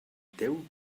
teu